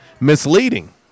misleading